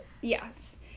Yes